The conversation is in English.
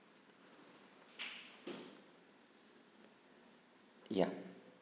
yup